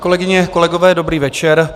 Kolegyně, kolegové, dobrý večer.